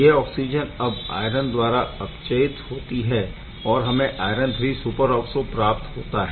यह ऑक्सिजन अब आयरन द्वारा अपचयित होती है और हमें आयरन III सुपरऑक्सो प्राप्त होता है